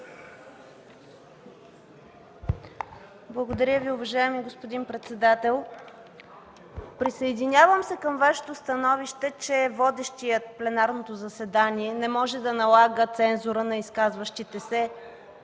Благодаря Ви, уважаеми господин председател. Присъединявам се към Вашето становище, че водещият пленарното заседание не може да налага цензура на изказващите се